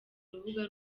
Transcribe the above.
rubuga